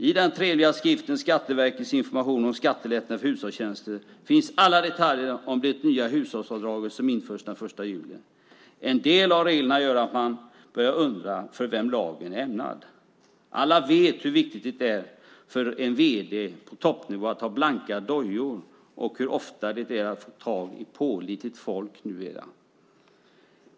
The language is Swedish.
I den trevliga skriften 'Skatteverkets information om skattelättnader för hushållstjänster' finns alla detaljer om det nya hushållsavdraget som införs 1 juli. En del av reglerna gör att man undrar för vem avdraget är ämnat. Alla vet hur viktigt det är för en vd på toppnivå att ha blanka dojor och hur svårt det är att få tag i pålitligt folk numera.